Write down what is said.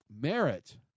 merit